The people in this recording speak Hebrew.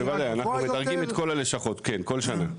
בוודאי, אנחנו מדרגים את כל הלשכות בכל שנה.